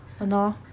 !hannor!